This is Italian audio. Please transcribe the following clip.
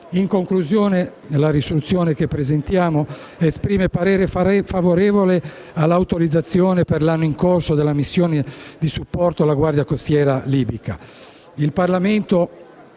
In conclusione, con la nostra risoluzione esprimiamo parere favorevole all'autorizzazione per l'anno in corso della missione di supporto alla Guardia costiera libica.